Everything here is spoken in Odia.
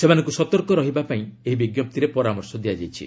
ସେମାନଙ୍କୁ ସତର୍କ ରହିବା ପାଇଁ ଏହି ବିଜ୍ଞପ୍ତିରେ ପରାମର୍ଶ ଦିଆଯାଇଛି